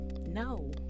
No